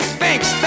thanks